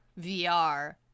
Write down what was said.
vr